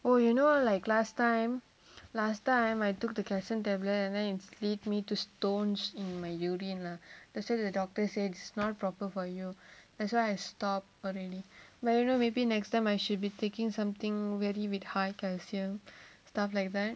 well you know like last time last time I took the calcium tablet and then it lead me to stones in my urine lah that's why the doctor says not proper for you that's why I stop already but you know maybe next time I should be taking something very weird high calcium stuff like that